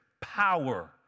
power